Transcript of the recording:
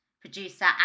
producer